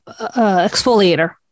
exfoliator